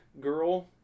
girl